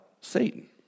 Satan